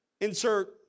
insert